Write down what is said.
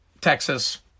Texas